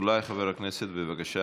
חבר הכנסת ינון אזולאי, בבקשה.